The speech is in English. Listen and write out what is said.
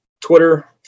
Twitter